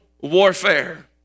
warfare